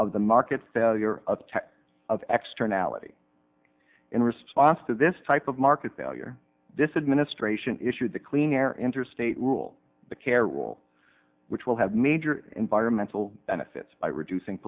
of the market failure of tech of extra anality in response to this type of market failure this administration issued the clean air interstate rule the care rule which will have major environmental benefits reduc